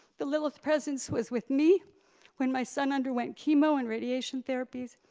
the lilith presence was with me when my son underwent chemo and radiation therapies.